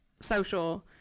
social